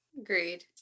Agreed